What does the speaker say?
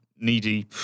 needy